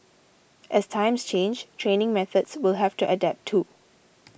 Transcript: as times change training methods will have to adapt too